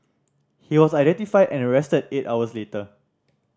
he was identified and arrested eight hours later